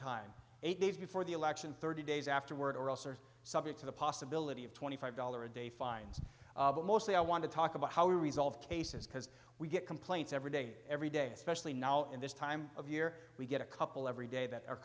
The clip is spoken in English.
time eight days before the election thirty days afterwards or else are subject to the possibility of twenty five dollars a day fines but mostly i want to talk about how we resolve cases because we get complaints every day every day especially now in this time of year we get a couple every day that are